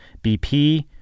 BP